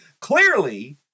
clearly